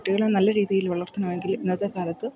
കുട്ടികളെ നല്ല രീതിയിൽ വളർത്തണമെങ്കിൽ ഇന്നത്തെ കാലത്ത്